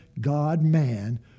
God-man